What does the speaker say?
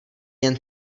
jen